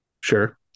Sure